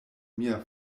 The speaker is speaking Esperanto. mia